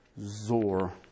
Zor